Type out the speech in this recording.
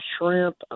shrimp